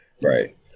Right